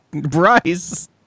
Bryce